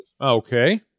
Okay